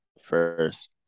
first